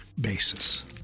basis